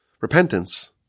Repentance